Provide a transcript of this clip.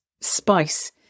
spice